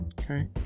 Okay